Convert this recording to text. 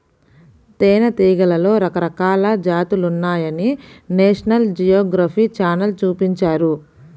తేనెటీగలలో రకరకాల జాతులున్నాయని నేషనల్ జియోగ్రఫీ ఛానల్ చూపించారు